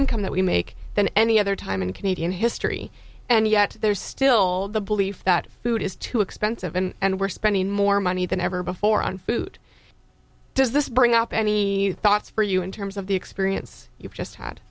income that we make than any other time in canadian history and yet there's still the belief that food is too expensive and we're spending more money than ever before on food does this bring up any thoughts for you in terms of the experience you've just h